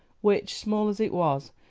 which, small as it was,